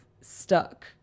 stuck